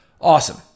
Awesome